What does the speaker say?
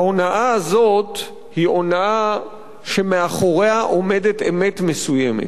ההונאה הזאת היא הונאה שמאחוריה עומדת אמת מסוימת,